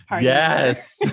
Yes